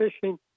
fishing